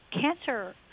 Cancer